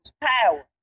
power